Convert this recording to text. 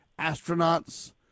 astronauts